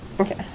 Okay